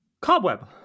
Cobweb